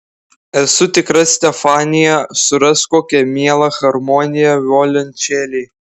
esu tikra stefanija suras kokią mielą harmoniją violončelei